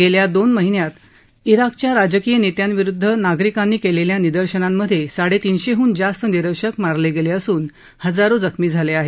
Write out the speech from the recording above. गेल्या दोन महिन्यात इराकच्या राजकीय नेत्यांविरुद्ध नागरिकांनी केलेल्या निदर्शनामधे साडेतीनशेहून जास्त निदर्शक मारले गेले असून हजारो जखमी झाले आहेत